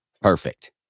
Perfect